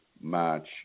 March